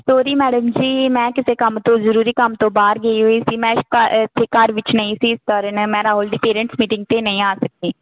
sorry madam ji ਮੈ ਕਿਸੇ ਕੰਮ ਤੋਂ ਜ਼ਰੂਰੀ ਕੰਮ ਤੋਂ ਬਾਹਰ ਗਈ ਹੋਈ ਸੀ ਮੈਂ ਇਸ ਘ ਇੱਥੇ ਘਰ ਵਿੱਚ ਨਹੀਂ ਸੀ ਇਸ ਕਾਰਨ ਮੈਂ ਰਾਹੁਲ ਦੀ ਪੇਰੈਂਟਸ ਮੀਟਿੰਗ 'ਤੇ ਨਹੀਂ ਆ ਸਕੀ